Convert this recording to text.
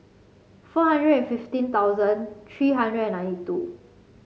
four hundred and fifteen thousand three hundred and ninety two